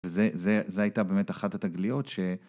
וזו הייתה באמת אחת התגליות ש...